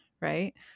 Right